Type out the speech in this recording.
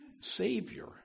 savior